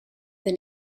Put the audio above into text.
than